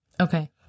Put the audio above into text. Okay